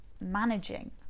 managing